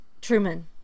Truman